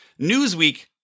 Newsweek